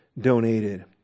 donated